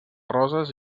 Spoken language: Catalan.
roses